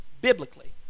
biblically